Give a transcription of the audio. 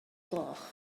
gloch